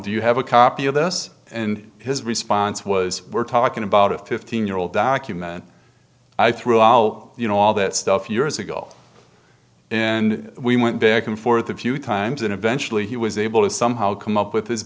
do you have a copy of this and his response was we're talking about a fifteen year old document i threw al you know all that stuff years ago and we went back and forth a few times and eventually he was able to somehow come up with his